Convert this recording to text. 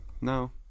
No